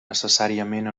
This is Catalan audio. necessàriament